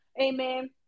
Amen